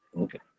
Okay